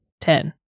Ten